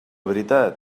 veritat